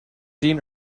seen